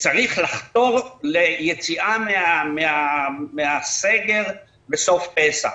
צריך לחתור ליציאה מן הסגר בסוף פסח.